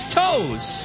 toes